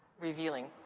revealing.